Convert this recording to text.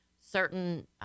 certain